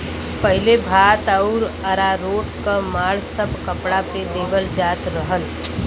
पहिले भात आउर अरारोट क माड़ सब कपड़ा पे देवल जात रहल